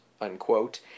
unquote